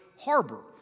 harbor